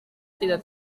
tidak